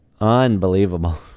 Unbelievable